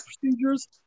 procedures